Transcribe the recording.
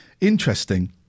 interesting